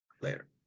Later